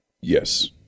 Yes